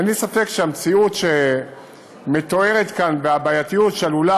אין לי ספק שהמציאות שמתוארת כאן והבעייתיות שעלולה